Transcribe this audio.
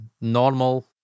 normal